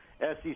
SEC